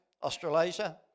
Australasia